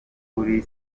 kuri